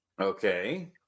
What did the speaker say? Okay